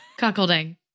Cuckolding